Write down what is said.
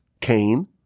Cain